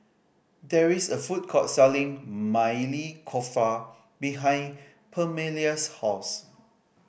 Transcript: there is a food court selling Maili Kofta behind Permelia's house